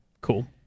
Cool